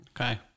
okay